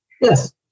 Yes